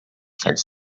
sends